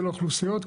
של האוכלוסיות,